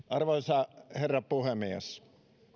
arvoisa herra puhemies